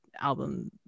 album